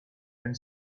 and